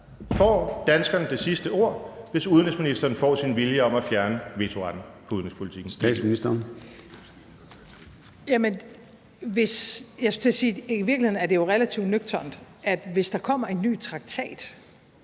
Får danskerne det sidste ord, hvis udenrigsministeren får sin vilje om at fjerne vetoretten på udenrigspolitikken?